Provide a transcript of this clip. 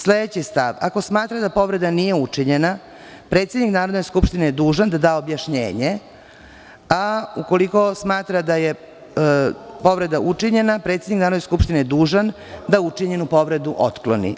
Sledeći stav – Ako smatra da povreda nije učinjen Predsednik Narodne skupštine je dužan da da objašnjenje, a ukoliko smatra da je povreda učinjena, predsednik Narodne skupštine je dužan da učinjenu povredu otkloni.